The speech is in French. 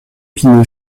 pineau